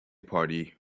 party